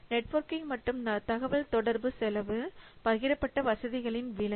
networking மற்றும் தகவல்தொடர்பு செலவு பகிரப்பட்ட வசதிகளின் விலை